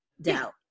doubt